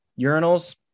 urinals